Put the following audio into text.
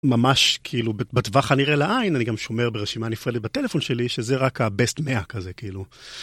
ממש כאילו בטווח הנראה לעין אני גם שומר ברשימה הנפרדת בטלפון שלי שזה רק ה-Best 100 כזה כאילו.